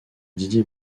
didier